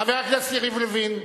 חבר הכנסת יריב לוין.